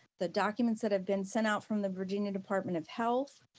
the documents that have been sent out from the virginia department of health.